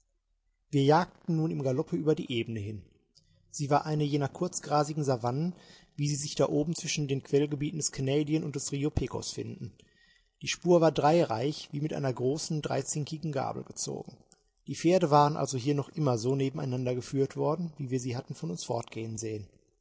wir jagten nun im galoppe über die ebene hin sie war eine jener kurzgrasigen savannen wie sie sich da oben zwischen den quellgebieten des canadian und des rio pecos finden die spur war dreireihig wie mit einer großen dreizinkigen gabel gezogen die pferde waren also hier noch immer so nebeneinander geführt worden wie wir sie hatten von uns fortgehen sehen